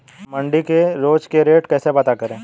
हम मंडी के रोज के रेट कैसे पता करें?